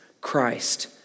Christ